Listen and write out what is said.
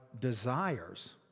desires